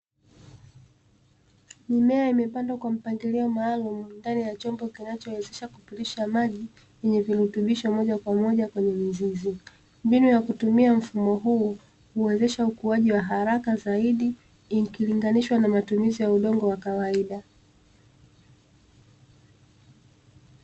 Mimea imepandwa kwa mpangilio maalumu ndani ya chombo kinachowezesha kupitisha maji yenye virutubisho moja kwa moja kwenye mizizi. Mbinu ya kutumia mfumo huu huwezesha ukuaji wa haraka zaidi ikilinganishwa na matumizi ya udongo wa kawaida.